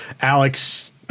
Alex